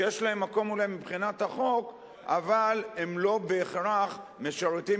שיש להם מקום אולי מבחינת החוק אבל הם לא בהכרח משרתים